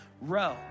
row